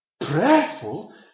prayerful